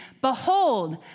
behold